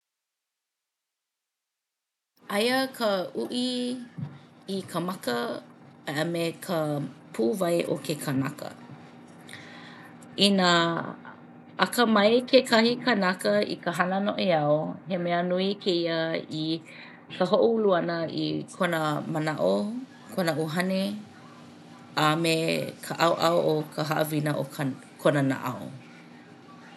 Aia ka uʻi i ka maka a me ka puʻuwai o ke kanaka. Inā akamai kekahi kanaka i ka hana noʻeau he mea nui kēia i ka hoʻoulu ʻana i kona manaʻo, kona ʻuhane a me ka ʻaoʻao o ka haʻawina o ka kona naʻau.